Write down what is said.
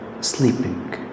sleeping